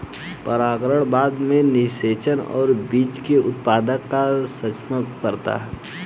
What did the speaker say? परागण बाद में निषेचन और बीज के उत्पादन को सक्षम करता है